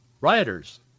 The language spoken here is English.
Rioters